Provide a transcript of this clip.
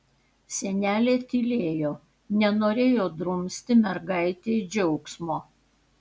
senelė tylėjo nenorėjo drumsti mergaitei džiaugsmo